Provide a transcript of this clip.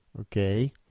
okay